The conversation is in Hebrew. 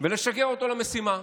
ולשגר אותו למשימה,